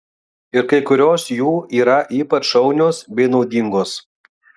ir kai kurios jų yra ypač šaunios bei naudingos